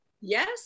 Yes